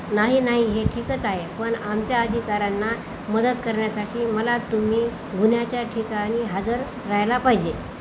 नाही नाही हे ठीकच आहे पण आमच्या अधिकाऱ्यांना मदत करण्यासाठी मला तुम्ही गुन्ह्याच्या ठिकाणी हजर राहायला पाहिजे